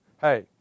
hey